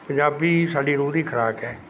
ਪੰਜਾਬੀ ਸਾਡੀ ਰੂਹ ਦੀ ਖੁਰਾਕ ਹੈ